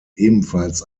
ebenfalls